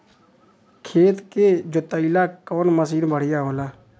खेत के जोतईला कवन मसीन बढ़ियां होला?